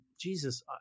jesus